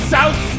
South